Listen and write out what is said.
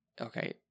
okay